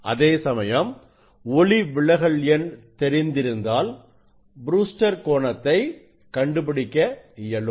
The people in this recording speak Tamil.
அதேசமயம் ஒளிவிலகல் எண் தெரிந்திருந்தால் ப்ரூஸ்டர் கோணத்தை கண்டுபிடிக்க இயலும்